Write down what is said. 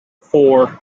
four